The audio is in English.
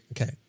Okay